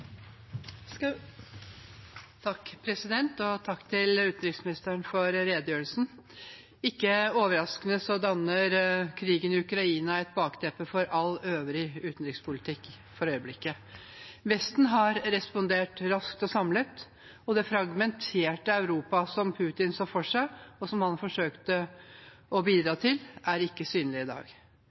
Takk til utenriksministeren for redegjørelsen. Ikke overraskende danner krigen i Ukraina et bakteppe for all øvrig utenrikspolitikk for øyeblikket. Vesten har respondert raskt og samlet, og det fragmenterte Europa som Putin så for seg, og som han forsøkte å bidra til, er ikke synlig i dag.